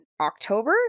October